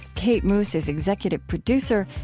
kate moos is executive producer.